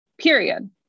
period